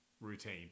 routine